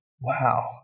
Wow